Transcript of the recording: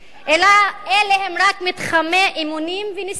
אלא אלה הם רק מתחמי אימונים וניסויים.